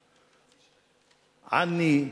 ועני,